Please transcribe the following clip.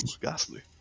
ghastly